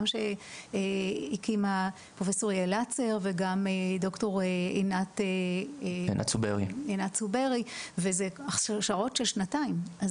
שהקימה פרופ' יעל לצר וגם ד"ר עינת צוברי וזה הכשרות של שנתיים.